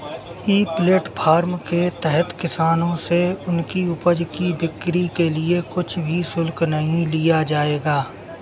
ई platform के तहत किसानों से उनकी उपज की बिक्री के लिए कुछ भी शुल्क नहीं लिया जाएगा